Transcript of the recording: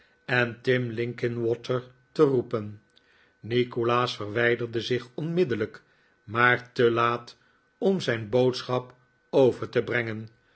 en tim linkinwater te roepen nikolaas verwijderde zich onmiddellijk maar te laat om zijn boodschap over te brengen